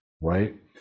right